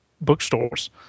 bookstores